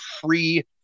free